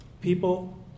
people